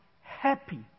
happy